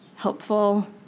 Helpful